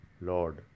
Lord